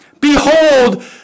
Behold